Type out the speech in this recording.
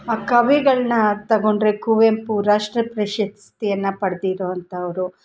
ಆ ಕವಿಗಳನ್ನ ತಗೊಂಡರೆ ಕುವೆಂಪು ರಾಷ್ಟ್ರ ಪ್ರಶಸ್ತಿಯನ್ನು ಪಡೆದಿರೋಂಥವ್ರು